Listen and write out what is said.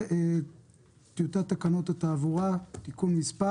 טיוטת תקנות התעבורה (תיקון מס'